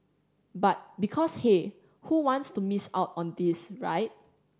but because hey who wants to miss out on this right